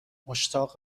مشتاق